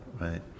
right